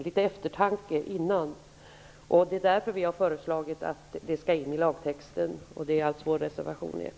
Därför har vi föreslagit i vår reservation 1 att detta skall tas in i lagtexten.